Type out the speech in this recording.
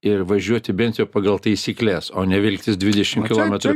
ir važiuoti bent jau pagal taisykles o ne vilktis dvidešim kilometrų